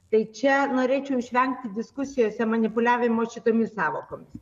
tai čia norėčiau išvengti diskusijose manipuliavimo šitomis sąvokomis